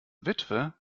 witwe